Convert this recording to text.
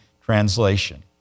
translation